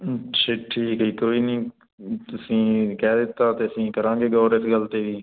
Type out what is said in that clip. ਅੱਛਾ ਠੀਕ ਹ ਕੋਈ ਨਹੀਂ ਤੁਸੀਂ ਕਹਿ ਦਿੱਤਾ ਤੇ ਅਸੀਂ ਕਰਾਂਗੇ ਗੌਰ ਇਸ ਗੱਲ ਤੇ ਵੀ